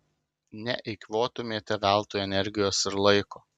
neeikvotumėte veltui energijos ir laiko